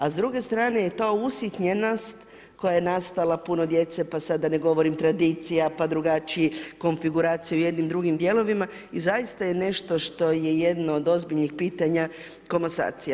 A s druge strane je ta usitnjenost koja je nastala puno djece, pa sad da ne govorim tradicija, pa drugačiji konfiguracija u jednim drugim dijelovima i zaista je nešto što je jedno od ozbiljnih pitanja komasacija.